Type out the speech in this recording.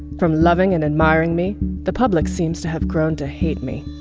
from loving and admiring me the public seems to have grown to hate me.